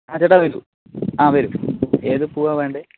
ആ ചേട്ടാ വരൂ ആ വരൂ ഏതു പൂവാണ് വേണ്ടത്